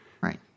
Right